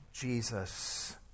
Jesus